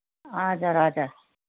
हजुर हजुर